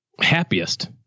Happiest